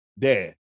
Dad